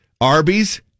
Arby's